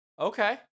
Okay